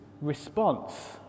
response